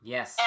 Yes